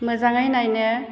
मोजाङै नायनो